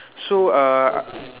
so uh